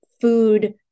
food